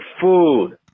food